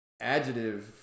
Adjective